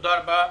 תודה רבה.